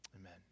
amen